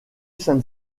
sainte